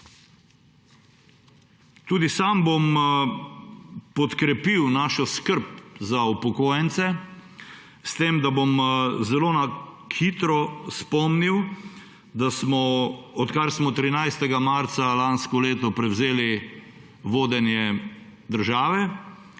Tudi sam bom podkrepil našo skrb za upokojence s tem, da bom zelo na hitro spomnil, da smo, odkar smo 13. marca lansko leto prevzeli vodenje države,